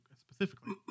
specifically